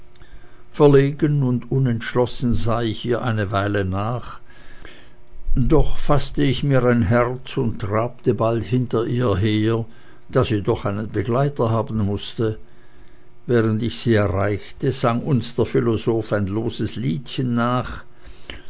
verlegen und unentschlossen sah ich ihr eine weile nach doch faßte ich mir ein herz und trabte bald hinter ihr her da sie doch einen begleiter haben mußte während ich sie erreichte sang uns der philosoph ein loses lied nach